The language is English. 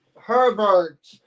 Herbert